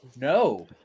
No